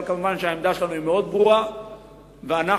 אבל העמדה שלנו מאוד ברורה כמובן.